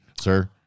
Sir